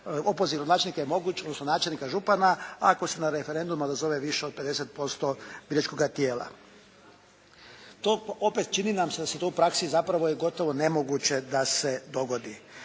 odnosno načelnika i župana ako se na referendum odazove više od 50% biračkog tijela. Opet čini nam se da se to u praksi zapravo je gotovo nemoguće da se dogodi.